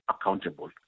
accountable